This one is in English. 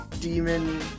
demon